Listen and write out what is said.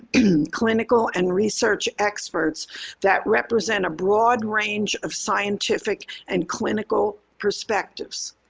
clinical and research experts that represent a broad range of scientific and clinical perspectives.